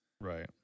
Right